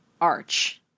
arch